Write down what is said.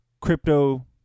crypto